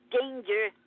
danger